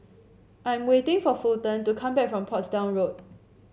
I am waiting for Fulton to come back from Portsdown Road